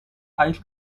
ice